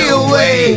away